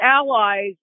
allies